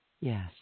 Yes